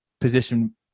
position